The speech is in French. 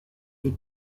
les